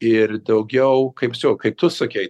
ir daugiau kaip jo kaip tu sakei